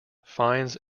fines